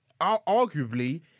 Arguably